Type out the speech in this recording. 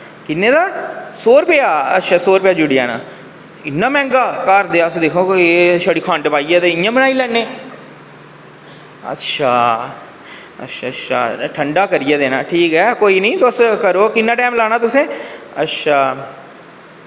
किन्ने दा अच्छा सौ रपेआ सौ रपेआ जुड़ी जाना इन्ना मैहंगा घर दे दिक्खो छड़ी खंड पाइयै ते इंया बनाई लैने अच्छा अच्छा अच्छा ठंडा करियै देना अच्छा ऐ की तुस करो किन्ना टाईम लाना तुसें अच्छा